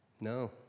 No